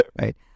Right